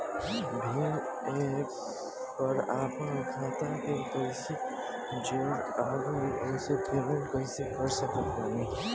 Bhim app पर आपन खाता के कईसे जोड़म आउर ओसे पेमेंट कईसे कर सकत बानी?